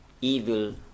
evil